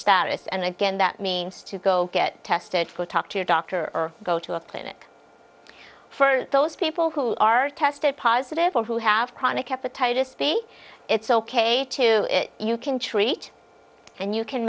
status and again that means to go get tested for talk to your doctor or go to a clinic for those people who are tested positive or who have chronic hepatitis b it's ok to you can treat and you can